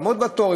לעמוד בתור,